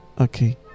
Okay